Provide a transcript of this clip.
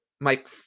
Mike